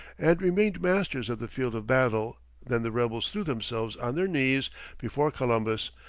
and remained masters of the field of battle then the rebels threw themselves on their knees before columbus,